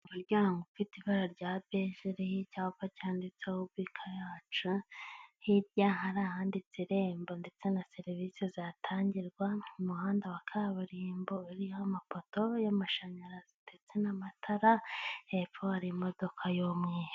Umuryango ufite ibara rya beje, uriho icyapa cyanditseho beka yacu, hirya hari ahanditse irembo ndetse na serivise zatangirwa, umuhanda wa kaburimbo uriho amapoto y'amashanyarazi ndetse n'amatara, hepfo hari imodoka y'umweru.